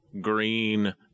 green